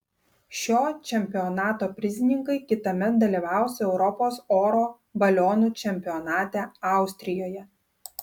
šio čempionato prizininkai kitąmet dalyvaus europos oro balionų čempionate austrijoje